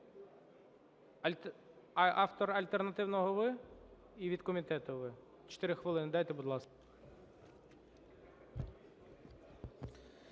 Автор альтернативного ви? І від комітету ви? 4 хвилини дайте, будь ласка.